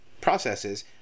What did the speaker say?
processes